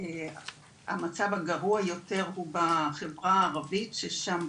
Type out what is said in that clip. והמצב הגרוע יותר הוא בחברה הערבית ששם,